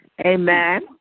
Amen